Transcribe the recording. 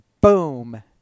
boom